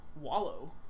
wallow